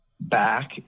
back